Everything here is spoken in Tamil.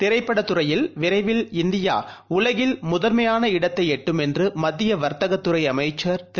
திரைப்படத் துறையில் விரைவில் இந்தியாஉலகில் முதன்மையான இடத்தைஎட்டும் என்றுமத்தியவர்த்தகத் துறைஅமைச்சர் திரு